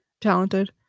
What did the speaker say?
Talented